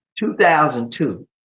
2002